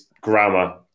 grammar